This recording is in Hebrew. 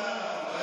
לא, לא, לא.